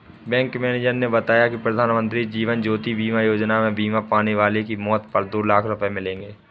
bank manager ने बताया कि प्रधानमंत्री जीवन ज्योति बीमा योजना में बीमा वाले की मौत पर दो लाख रूपये मिलेंगे